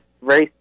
race